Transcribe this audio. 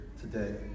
today